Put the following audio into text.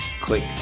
click